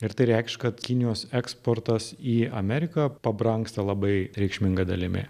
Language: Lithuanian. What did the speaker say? ir tai reikš kad kinijos eksportas į ameriką pabrangsta labai reikšminga dalimi